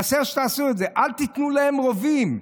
חסר שתעשו את זה: "אל תיתנו להם רובים",